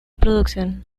producción